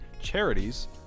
charities